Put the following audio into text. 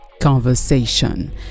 conversation